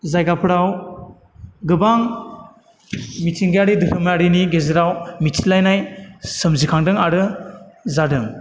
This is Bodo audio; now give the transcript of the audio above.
जायगाफोराव गोबां मिथिंगायारि दोहोरोमारिनि गेजेराव मिथिलायनाय सोमजिखांदों आरो जादों